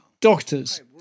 doctors